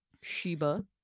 Sheba